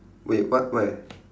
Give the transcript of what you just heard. wait what where